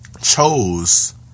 chose